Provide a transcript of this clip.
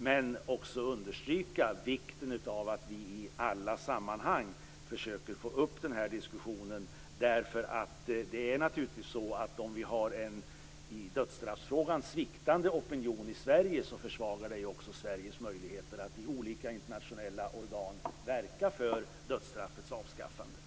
Men jag vill också understryka vikten av att vi i alla sammanhang försöker ta upp denna diskussion, därför att om vi i frågan om döddstraff har en sviktande opinion i Sverige försvagar det naturligtvis också Sveriges möjligheter att i olika internationella organ verka för dödsstraffets avskaffande.